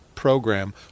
program